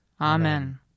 Amen